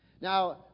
Now